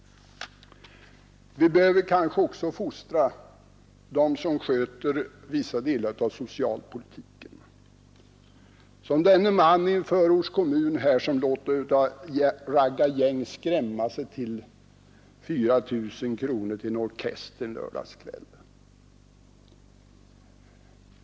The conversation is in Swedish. Vi bör kanske också fostra dem som sköter vissa delar av socialpolitiken — som denne man i en förortskommun som av ett raggargäng låter skrämma sig till att betala ut 4 000 kronor till en orkester en lördagkväll.